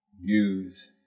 use